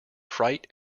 fright